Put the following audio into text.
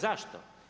Zašto?